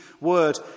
word